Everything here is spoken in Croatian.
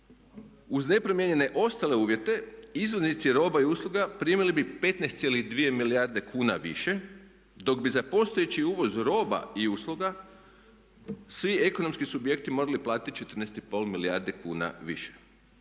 Uz nepromijenjene ostale uvjete izvoznici roba i usluga primili bi 15,2 milijarde kuna više dok bi za postojeći uvoz roba i usluga svi ekonomski subjekti morali platiti 14 i pol milijardi kuna više.